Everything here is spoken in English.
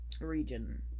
region